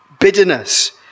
bitterness